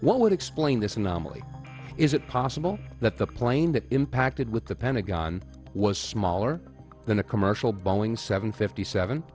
what would explain this anomaly is it possible that the plane that impacted with the pentagon was smaller than a commercial boeing seven fifty seven